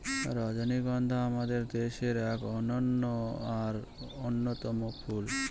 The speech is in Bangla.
রজনীগন্ধা আমাদের দেশের এক অনন্য আর অন্যতম ফুল